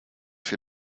für